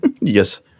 Yes